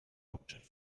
hauptstadt